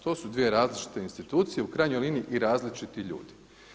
To su dvije različite institucije, u krajnjoj liniji i različiti ljudi.